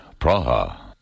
Praha